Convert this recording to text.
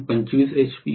२५ HP ०